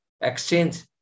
exchange